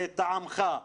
לטעמך?